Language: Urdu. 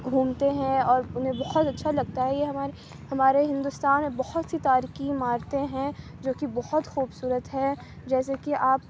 گھومتے ہیں اور انہیں بہت اچھا لگتا ہے یہ ہماری ہمارے ہندوستان میں بہت سی تاریخی عمارتیں ہیں جو کہ بہت خوبصورت ہیں جیسے کہ آپ